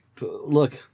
Look